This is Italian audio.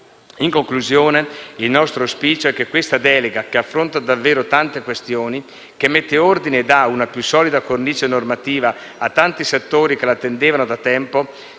In conclusione, il nostro auspicio è che questa delega, che affronta davvero tante questioni, che mette ordine e dà una più solida cornice normativa a tanti settori che la attendevano da tempo,